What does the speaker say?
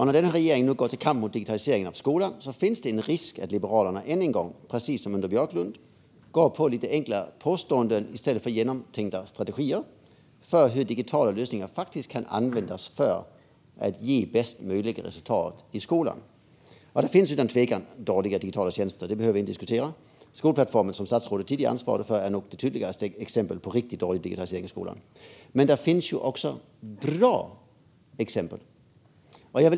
När regeringen nu går i kamp mot digitaliseringen av skolan finns det en risk att Liberalerna än en gång, precis som under Björklund, går på lite enkla påståenden i stället för genomtänkta strategier för hur digitala lösningar kan användas för att ge bästa möjliga resultat i skolan. Det finns utan tvekan dåliga digitala tjänster; det behöver vi inte diskutera. Den skolplattform som statsrådet tidigare ansvarade för är nog det tydligaste exemplet på riktigt dålig digitalisering i skolan. Men det finns också bra exempel.